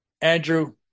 Andrew